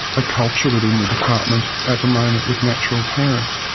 a culture within the department at the moment with natural parents.